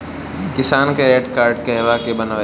किसान credit card कहवा से बनवाई?